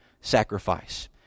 sacrifice